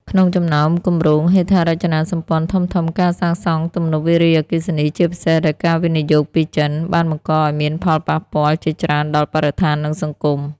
ក្នុងចំណោមគម្រោងហេដ្ឋារចនាសម្ព័ន្ធធំៗ ការសាងសង់ទំនប់វារីអគ្គិសនី ជាពិសេសដោយការវិនិយោគពីចិន បានបង្កឲ្យមានផលប៉ះពាល់ជាច្រើនដល់បរិស្ថាន និងសង្គម។